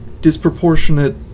disproportionate